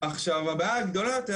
עכשיו הבעיה הגדולה יותר